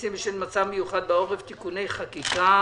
מסים בעת מצב מיוחד בעורף (תיקוני חקיקה).